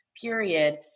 period